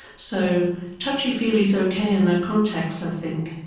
so touchy-feely is okay in that context i think.